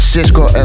Cisco